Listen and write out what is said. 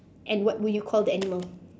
and what will you call the animal